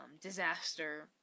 disaster